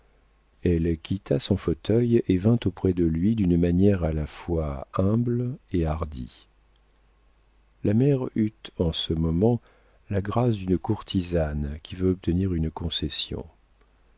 elle quitta son fauteuil et vint auprès de lui d'une manière à la fois humble et hardie la mère eut en ce moment la grâce d'une courtisane qui veut obtenir une concession